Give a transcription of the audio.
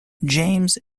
james